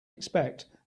expect